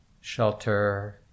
shelter